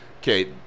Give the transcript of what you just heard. Okay